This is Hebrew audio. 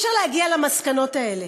אי-אפשר להגיע למסקנות האלה.